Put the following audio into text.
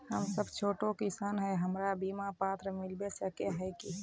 हम सब छोटो किसान है हमरा बिमा पात्र मिलबे सके है की?